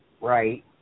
Right